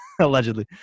allegedly